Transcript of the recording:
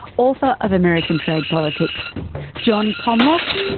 author of american trade politics john komlos,